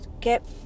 get